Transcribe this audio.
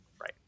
Right